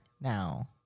now